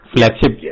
Flagship